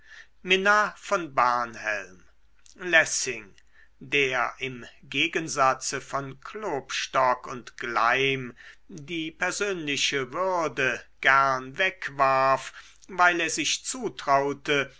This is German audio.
minna von barnhelm lessing der im gegensatze von klopstock und gleim die persönliche würde gern wegwarf weil er sich zutraute